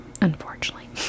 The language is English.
unfortunately